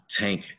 tank